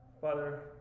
Father